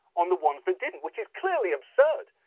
on the ones that didn't. which is clearly absurd.